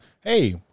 hey